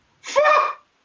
fuck